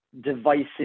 devices